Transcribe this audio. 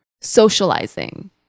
socializing